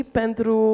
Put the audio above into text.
pentru